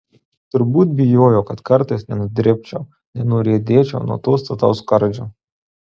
turbūt bijojo kad kartais nenudribčiau nenuriedėčiau nuo to stataus skardžio